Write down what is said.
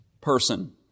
Person